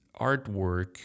artwork